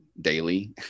Daily